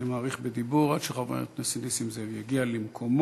אני מאריך בדיבור עד שחבר הכנסת נסים זאב יגיע למקומו.